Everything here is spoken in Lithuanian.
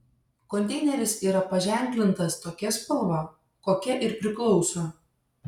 konteineris yra paženklintas tokia spalva kokia ir priklauso